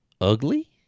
ugly